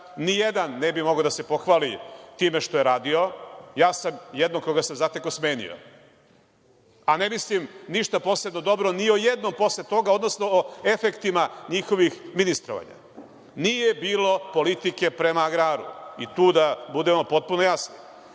ni jedan ne bi mogao da se pohvali time što je radio, ja sam jednog, koga sam zatekao, smenio. Ne mislim ništa posebno dobro ni o jednom posle toga, odnosno efektima njihovih ministrovanja. Nije bilo politike prema agraru, i tu da budemo potpuno jasni.